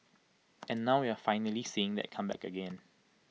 and now we're finally seeing that come back again